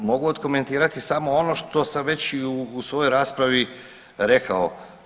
Pa ja mogu odkomentirati samo ono što sam već i u svojoj raspravi rekao.